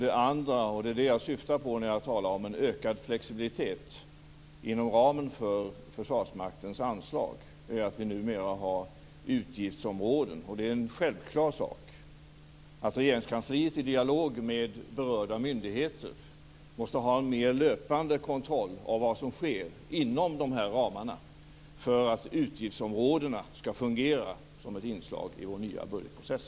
Det jag syftar på när jag talar om en ökad flexibilitet inom ramen för Försvarsmaktens anslag är att vi numera har utgiftsområden. Det är självklart att Regeringskansliet i dialog med berörda myndigheter måste ha en mer löpande kontroll av vad som sker inom de här ramarna för att utgiftsområdena skall fungera som ett inslag i vår nya budgetprocess.